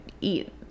eat